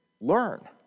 Learn